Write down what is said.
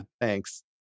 Thanks